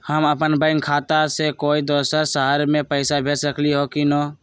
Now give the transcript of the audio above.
हम अपन बैंक खाता से कोई दोसर शहर में पैसा भेज सकली ह की न?